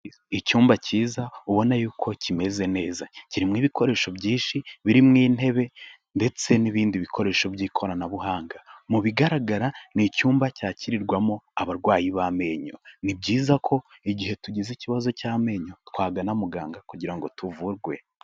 Icyumba cyiza, ubona yuko kimeze neza. Kirimo ibikoresho byinshi birimo intebe, ndetse n'ibindi bikoresho by'ikoranabuhanga. Mu bigaragara, ni icyumba cyakirirwamo abarwayi b'amenyo. Ni byiza ko igihe tugize ikibazo cy'amenyo, twagana muganga, kugira ngo tuvurwe.